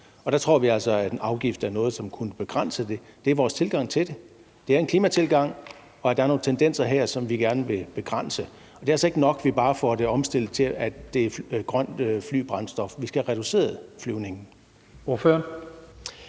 Der tror vi altså, at en afgift er noget, som kunne begrænse det. Det er vores tilgang til det. Det er en klimatilgang, og der er nogle tendenser her, som vi gerne vil begrænse. Det er altså ikke nok, at vi bare får det omstillet til, at der bruges grønt flybrændstof. Vi skal have reduceret flyvningen.